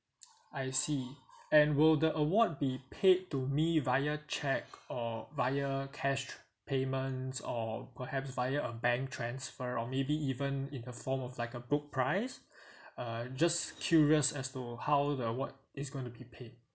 I see and will the award be paid to me via cheque or via cash payments or perhaps via a bank transfer or maybe even in the form of like a book prize uh just curious as to how the award is going to be paid